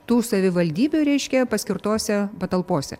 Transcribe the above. tų savivaldybių reiškia paskirtose patalpose